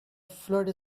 fluid